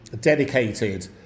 dedicated